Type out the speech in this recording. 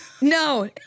No